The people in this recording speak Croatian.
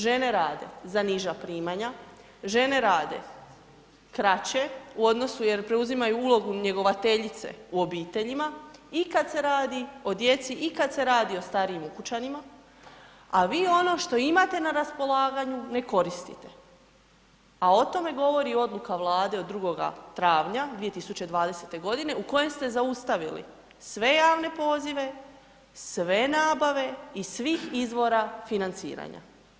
Žene rade za niža primanja, žene rade kraće u odnosu jer preuzimaju ulogu njegovateljice u obiteljima i kad se radi o djeci i kad se radi o starijim ukućanima, a vi ono što imate na raspolaganju ne koristite, a o tome govori odluka Vlade od 2. travnja 2020. godine u kojem ste zaustavili sve javne pozive, sve nabave iz svih izvora financiranja.